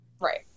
right